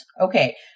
Okay